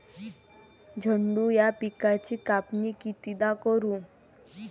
झेंडू या पिकाची कापनी कितीदा करू?